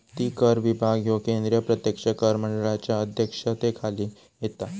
प्राप्तिकर विभाग ह्यो केंद्रीय प्रत्यक्ष कर मंडळाच्या अध्यक्षतेखाली येता